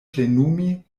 plenumi